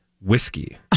whiskey